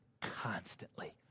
constantly